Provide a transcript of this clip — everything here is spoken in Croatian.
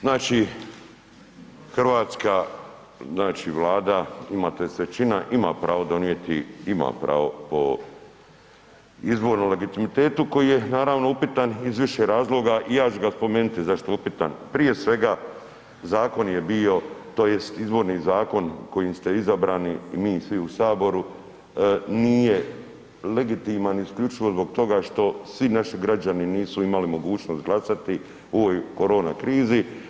Znači hrvatska Vlada ima tj. većina ima pravo donijeti, ima pravo po izbornom legitimitetu koji je naravno upitan iz više razloga i ja ću ga spomenuti zašto je upitan, prije svega zakon je bio tj. izborni zakon kojim ste izabrani i mi svi u Saboru nije legitiman isključivo zbog toga što svi naši građani nisu imali mogućnost glasati u ovoj korona krizi.